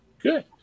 Good